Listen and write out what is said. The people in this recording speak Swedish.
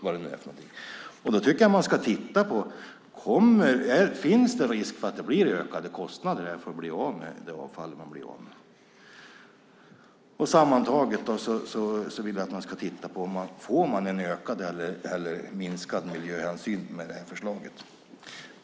Då tycker jag att man ska titta på om det finns en risk för att det blir ökade kostnader för att bli av med avfallet. Sammantaget vill jag att man ska titta på om man får en ökad eller minskad miljöhänsyn med det här förslaget.